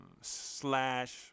slash